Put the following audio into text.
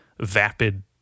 vapid